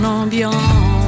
ambiance